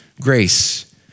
grace